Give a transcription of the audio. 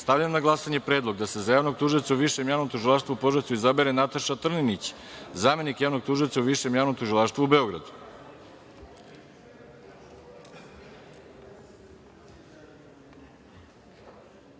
na glasanje predlog da se za javnog tužioca u Višem javnom tužilaštvu u Požarevcu izabere Nataša Trninić, zamenik javnog tužioca u Višem javnom tužilaštvu u